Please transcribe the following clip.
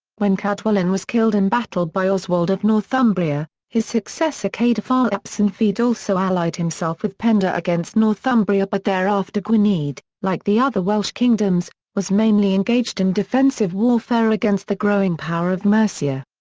when cadwallon was killed in battle by oswald of northumbria, his successor cadafael ap cynfeddw also allied himself with penda against northumbria but thereafter gwynedd, like the other welsh kingdoms, was mainly engaged in defensive warfare against the growing power of mercia.